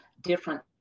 different